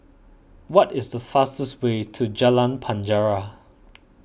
what is the fastest way to Jalan Penjara